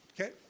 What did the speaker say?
Okay